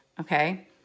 okay